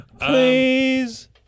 Please